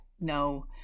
No